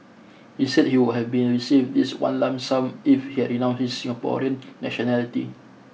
he said he would have been received this in one lump sum if he had renounced his Singaporean nationality